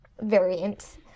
variant